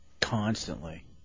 Constantly